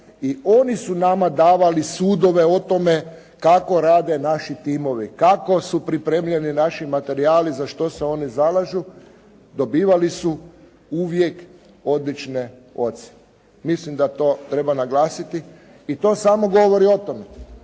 i oni su nama davali sudove o tome kako rade naši timovi, kako su pripremljeni naši materijali za što se oni zalažu. Dobivali su uvijek odlične ocjene. Mislim da to treba naglasiti i to samo govori o tome